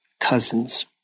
cousins